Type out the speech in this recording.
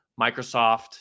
Microsoft